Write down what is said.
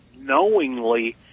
knowingly